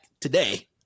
today